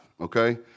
okay